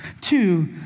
Two